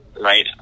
right